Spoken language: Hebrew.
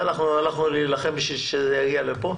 ואנחנו הלכנו להילחם בשביל שהיא תגיע לפה.